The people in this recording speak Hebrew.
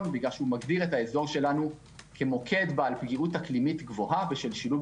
כי הוא מגדיר את האזור שלנו כמוקד בעל פגיעות אקלימית גבוהה בשל שילוב